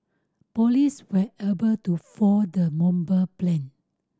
police were able to foil the bomber plan